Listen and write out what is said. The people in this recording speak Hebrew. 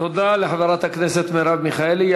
תודה לחברת הכנסת מרב מיכאלי.